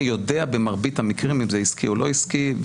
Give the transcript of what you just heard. יודע במרבית המקרים אם זה עסקי או לא עסקי,